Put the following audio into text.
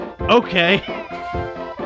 Okay